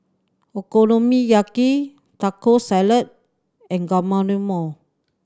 Okonomiyaki Taco Salad and Guacamole